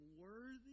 worthy